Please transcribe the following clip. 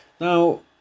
Now